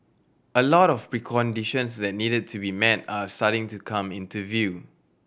a lot of preconditions that needed to be met are starting to come into view